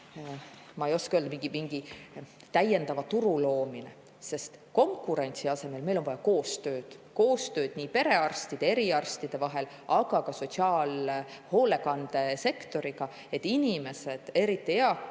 ma ei oskagi öelda – mingi täiendava turu loomine, sest konkurentsi asemel on meil vaja koostööd, koostööd perearstide ja eriarstide vahel, aga koostööd ka sotsiaalhoolekande sektoriga, et inimesed, eriti eakad,